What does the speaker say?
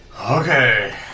Okay